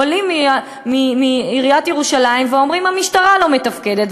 עולים מעיריית ירושלים ואומרים: המשטרה לא מתפקדת,